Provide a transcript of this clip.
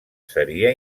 seria